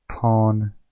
Pawn